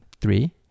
Three